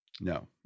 No